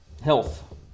Health